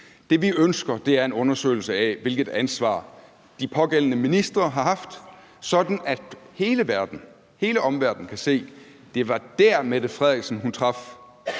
Det, vi ønsker, er en undersøgelse af, hvilket ansvar de pågældende ministre har haft, sådan at hele verden, hele omverdenen, kan se, at det var der, statsministeren traf en